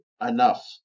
enough